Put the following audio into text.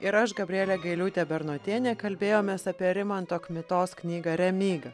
ir aš gabrielė gailiūtė bernotienė kalbėjomės apie rimanto kmitos knygą remyga